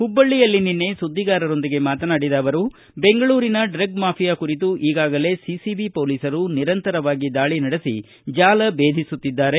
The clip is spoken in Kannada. ಹುಬ್ಬಳ್ಳಿಯಲ್ಲಿ ನಿನ್ನೆ ಸುದ್ದಿಗಾರರೊಂದಿಗೆ ಮಾತನಾಡಿದ ಅವರು ಬೆಂಗಳೂರಿನ ಡ್ರಗ್ಸ್ ಮಾಫಿಯಾ ಕುರಿತು ಈಗಾಗಲೇ ಸಿಸಿಬಿ ಹೊಲೀಸರು ನಿರಂತರವಾಗಿ ದಾಳಿ ನಡೆಸಿ ಜಾಲ ಭೇದಿಸುತ್ತಿದ್ದಾರೆ